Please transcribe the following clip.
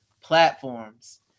platforms